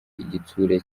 igitsure